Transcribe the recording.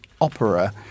Opera